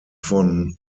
von